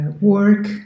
work